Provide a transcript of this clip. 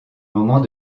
moment